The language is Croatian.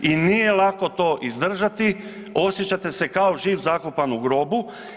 I nije lako to izdržati, osjećate se kao živ zakopan u grobu.